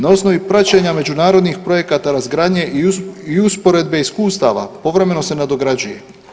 Na osnovi praćenja međunarodnih projekata razgradnje i usporedbe iskustava povremeno se nadograđuje.